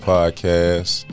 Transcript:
Podcast